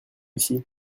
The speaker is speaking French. ici